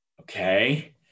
okay